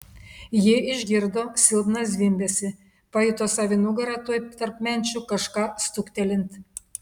ji išgirdo silpną zvimbesį pajuto sau į nugarą tuoj tarp menčių kažką stuktelint